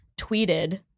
tweeted